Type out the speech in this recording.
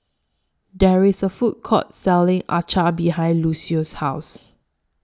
There IS A Food Court Selling Acar behind Lucio's House